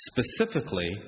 specifically